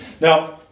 Now